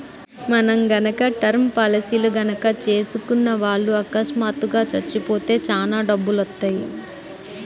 మనం గనక టర్మ్ పాలసీలు గనక చేసుకున్న వాళ్ళు అకస్మాత్తుగా చచ్చిపోతే చానా డబ్బులొత్తయ్యి